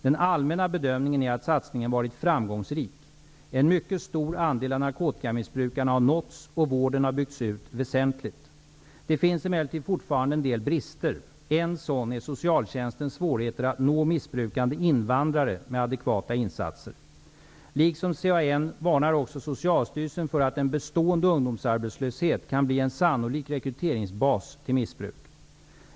Den allmänna bedömningen är att satsningen varit framgångsrik. En mycket stor andel av narkotikamissbrukarna har nåtts, och vården har byggts ut väsentligt. Det finns emellertid fortfarande en del brister. En sådan är socialtjänstens svårigheter att nå missbrukande invandrare med adekvata insatser. Liksom CAN varnar också Socialstyrelsen för att en bestående ungdomsarbetslöshet kan bli en sannolik rekryteringsbas till missbruk.